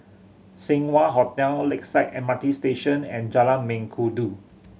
Seng Wah Hotel Lakeside M R T Station and Jalan Mengkudu